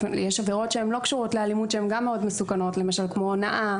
יש עבירות שהן לא קשורות לאלימות שגם הן מאוד מסוכנות כמו הונאה